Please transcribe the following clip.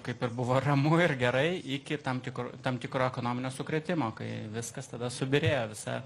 kaip ir buvo ramu ir gerai iki tam tikro tam tikro ekonominio sukrėtimo kai viskas tada subyrėjo visa